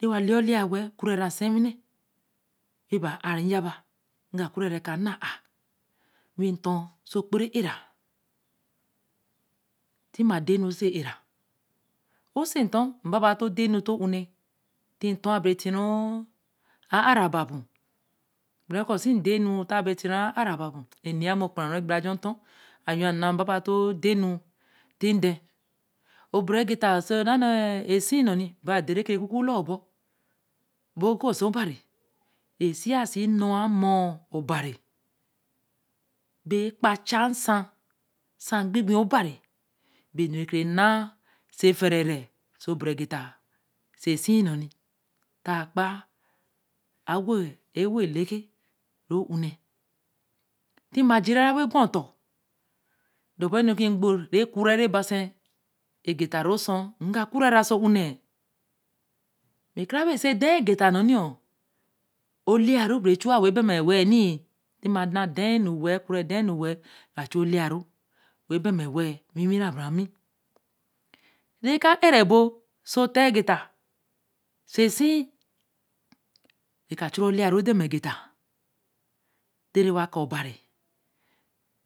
Re wa le ya oleē ya wa-l ku re ra nse wiinēe re ba ar re ja ba, wi ga ku re ra, eka na ar, wi ton oso kgwn era, tima den nu oso ear, ose ton re baba too den nu too hmm ne ti ntor a bere tiru a-aā ra ba po, gbere koo se den nu ta be re ti ru a-aā ra ba, e nee mi ogkun ra ru ajoo tor, ayo na baba to dem nu e ti l-hen obere getta o so sie nno oni ba der re ke kuku la o-but bu o gkpo si obari, bea bacha nsan, nsan pei-pei obari be nu ke naa, oso fere re oso bere getta oso si nu ta kpa e-wo le-ke ru hmm nee tima jira wen gwa otor, dorbe nu kigbo re ku re, raba se egetta ru sur, nga ku re ra oso hmm neē eka re be koo oso daa getta nno nni oleya ru bere chu wa ba ewe-l ni tima na edan nu we-l kure daa nu we-l, nga chu le ya ru wen ba ma e-we-l, wii wira bara mi, ra ka ar re bo oso ttaa getta oso sie re ka chure o leya ru da ma egetta, te wa ka obari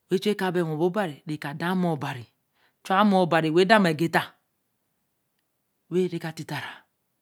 wen chu e ka ba yi re ka then a mor obari chu a mor obari wen da ma egetta wen re ka tita ra.